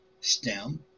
stem